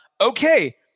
okay